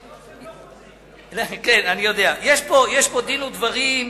לא, הם לא פותרים.